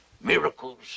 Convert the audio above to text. miracles